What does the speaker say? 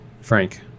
Frank